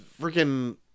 freaking